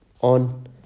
on